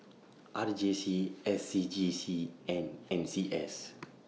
R J C S C G C and N C S